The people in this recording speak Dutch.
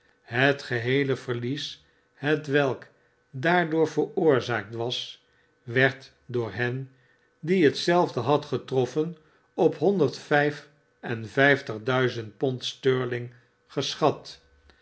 het geheele verlies hetwelk daardoor veroorzaakt was werd door hen die hetzelfde had getroffen op honderd vijf en vijftig duizend pond st geschat